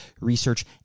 research